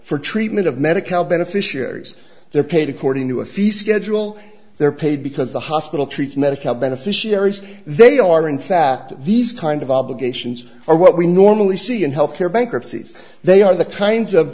for treatment of medicare beneficiaries they're paid according to a few schedule they're paid because the hospital treats medicare beneficiaries they are in fact these kind of obligations are what we normally see in health care bankruptcies they are the kinds of